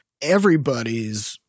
everybody's